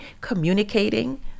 communicating